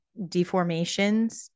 deformations